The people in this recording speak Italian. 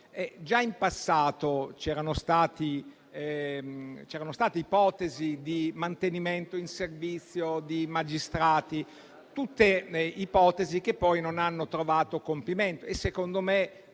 Già in passato c'erano state ipotesi di mantenimento in servizio di magistrati; tutte ipotesi che poi non hanno trovato compimento - secondo me